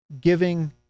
Giving